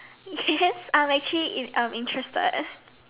yes I'm actually in I'm interested